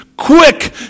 quick